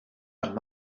and